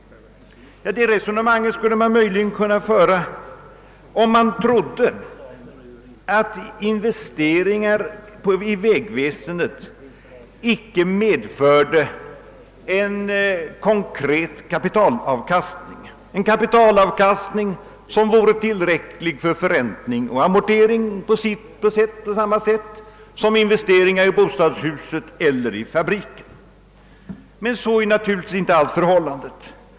Detta resonemang skulle man möjligen kunna föra om man trodde att investeringar i vägväsendet icke medförde en konkret kapitalavkastning, som vore tillräcklig för förräntning och amorte ring på samma sätt som investeringar i bostadshus eller i fabriker. Men så är naturligtvis inte alls förhållandet.